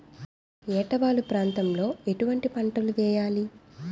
ఏటా వాలు ప్రాంతం లో ఎటువంటి పంటలు వేయాలి?